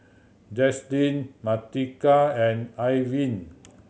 Jaslyn Martika and Irving